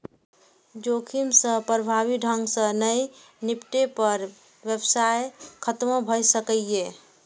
जोखिम सं प्रभावी ढंग सं नहि निपटै पर व्यवसाय खतमो भए सकैए